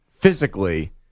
physically